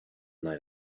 night